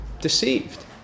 deceived